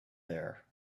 there